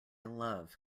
love